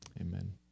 Amen